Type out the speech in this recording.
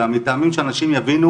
אלא מטעמים שאנשים יבינו